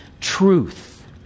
truth